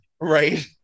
right